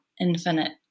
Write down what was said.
infinite